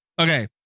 Okay